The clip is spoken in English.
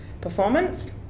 performance